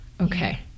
Okay